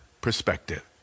perspective